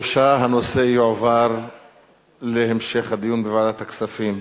3. הנושא יועבר להמשך הדיון בוועדת הכספים.